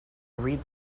read